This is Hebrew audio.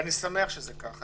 ואני שמח שזה כה.